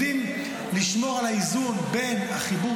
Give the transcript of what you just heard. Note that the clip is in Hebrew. יודעים לשמור על האיזון בין החיבור